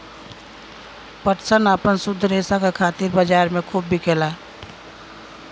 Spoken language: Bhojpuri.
पटसन आपन शुद्ध रेसा क खातिर बजार में खूब बिकेला